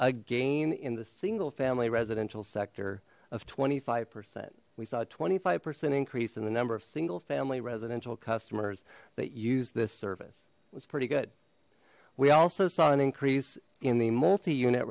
a gain in the single family residential sector of twenty five percent we saw a twenty five percent increase in the number of single family residential customers that use this service was pretty good we also saw an increase in the multi unit